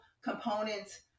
components